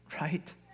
right